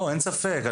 אין ספק.